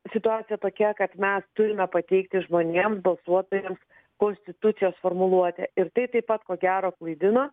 situacija tokia kad mes turime pateikti žmonėm balsuotojams konstitucijos formuluotę ir tai taip pat ko gero klaidina